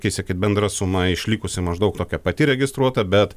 kai sakyt bendra suma išlikusi maždaug tokia pati registruota bet